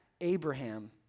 Abraham